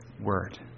word